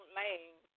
lane